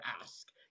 ask